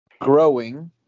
growing